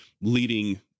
leading